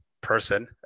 person